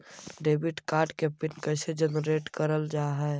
Debit card के PIN कैसे generate करल जाहै?